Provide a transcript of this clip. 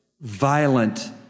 violent